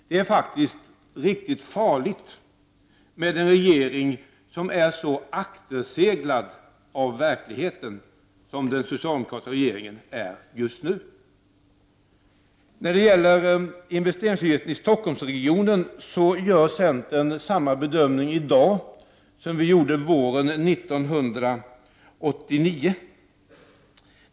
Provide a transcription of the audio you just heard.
Det är faktiskt riktigt farligt med en regering som är så akterseglad av verkligheten som den socialdemokratiska regeringen är just nu. När det gäller investeringsavgiften i Stockholmsregionen gör centern samma bedömning nu som våren 1989.